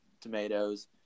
tomatoes